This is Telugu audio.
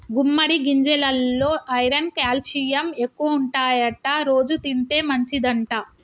గుమ్మడి గింజెలల్లో ఐరన్ క్యాల్షియం ఎక్కువుంటాయట రోజు తింటే మంచిదంట